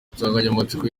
insanganyamatsiko